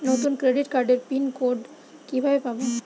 নতুন ক্রেডিট কার্ডের pin code কিভাবে পাব?